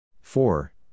four